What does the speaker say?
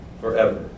forever